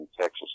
Texas